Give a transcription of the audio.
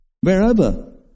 Wherever